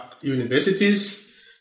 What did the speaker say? universities